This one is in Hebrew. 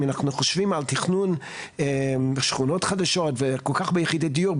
אם אנחנו חושבים על תכנון בשכונות חדשות וכל כך ביחידות דיור,